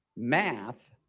Math